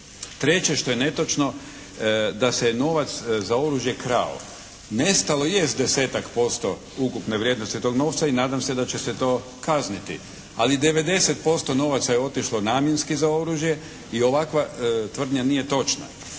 Treće što je netočno da se novac za oružje krao. Nestalo je 10-tak posto ukupne vrijednosti tog novca i nadam se da će se to kazniti. Ali 90% novaca je otišlo namjenski za oružje i ovakva tvrdnja nije točna.